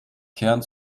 kern